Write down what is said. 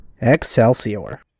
Excelsior